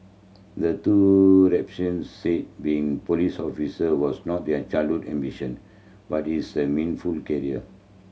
the two said being police of was not their childhood ambition but it's the meaningful career